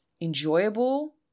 enjoyable